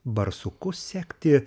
barsukus sekti